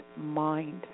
mind